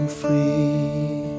free